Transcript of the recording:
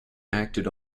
acted